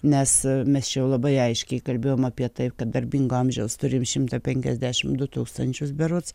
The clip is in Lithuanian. nes mes čia jau labai aiškiai kalbėjom apie tai kad darbingo amžiaus turim šimtą penkiasdešimt du tūkstančius berods